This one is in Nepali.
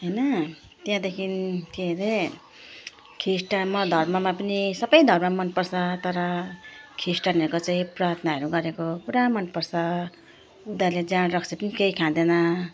हैन त्यहाँदेखिन् के अरे ख्रिस्टानमा धर्ममा पनि सबै धर्म मन पर्छ तर ख्रिस्टानहरूको चाहिँ प्रार्थनाहरू गरेको पुरा मन पर्छ उनीहरूले जाँड रक्सी पनि केही खाँदैन